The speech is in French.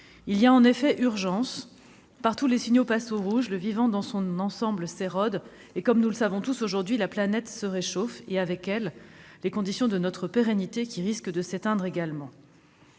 Il y a en effet urgence. Partout, les signaux passent au rouge. Le vivant dans son ensemble s'érode. Comme nous le savons tous, la planète se réchauffe, et, avec elle, les conditions de notre pérennité risquent de s'éteindre également.